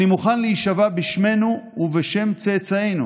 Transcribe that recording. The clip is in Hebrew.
אני מוכן להישבע בשמנו ובשם צאצאינו